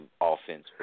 offense